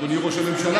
אדוני ראש הממשלה,